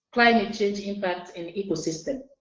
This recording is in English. climate change impacts in the ecosystem.